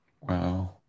Wow